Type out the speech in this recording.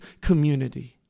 community